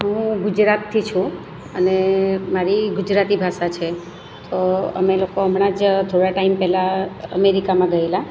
હું ગુજરાતથી છું અને મારી ગુજરાતી ભાષા છે તો અમે લોકો હમણાં જ થોડા ટાઈમ પહેલાં અમેરીકામાં ગયેલાં